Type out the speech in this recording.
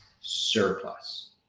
surplus